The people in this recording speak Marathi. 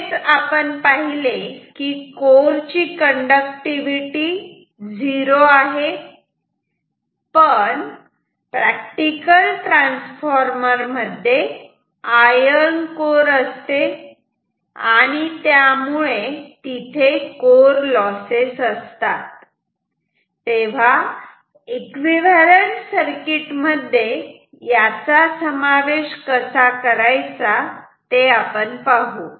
तसेच आपण पाहिले की कोर ची कण्डक्टिविटी झिरो आहे पण प्रॅक्टिकल ट्रान्सफॉर्मर मध्ये आयर्न कोर असते आणि त्यामुळे कोर लॉसेस असतात तेव्हा एकविव्हॅलंट सर्किट मध्ये याचा समावेश कसा करायचा ते पाहू